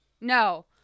No